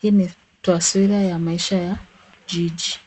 Hii ni taswira ya maisha ya jiji.